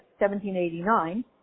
1789